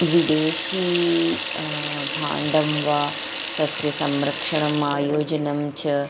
विदेशीय भाण्डं वा तस्य संरक्षणम् आयोजनं च